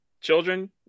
children